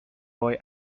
why